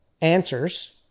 answers